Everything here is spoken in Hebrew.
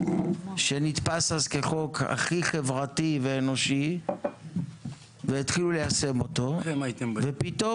שנתפס אז כחוק הכי חברתי ואנושי והתחילו ליישם אותו ופתאום